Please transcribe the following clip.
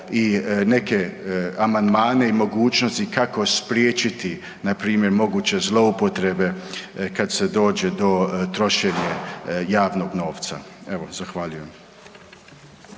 i neke amandmane i mogućnosti kako spriječiti npr. moguće zloupotrebe kad se dođe do trošenja javnog novca. Zahvaljujem.